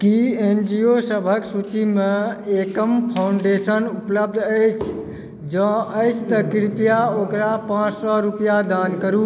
की N G O सभक सूचीमे Ekam foundation उपलब्ध अछि जँ अछि तँ कृपया ओकरा पाँच सौ रूपैया दान करू